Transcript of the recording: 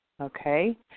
okay